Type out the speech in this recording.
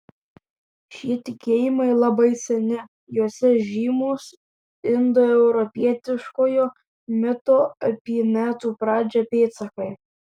šie tikėjimai labai seni juose žymūs indoeuropietiškojo mito apie metų pradžią pėdsakai